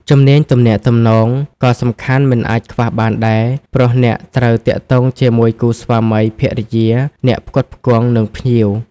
ជំនាញទំនាក់ទំនង ក៏សំខាន់មិនអាចខ្វះបានដែរ ព្រោះអ្នកត្រូវទាក់ទងជាមួយគូស្វាមីភរិយា អ្នកផ្គត់ផ្គង់ និងភ្ញៀវ។